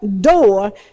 door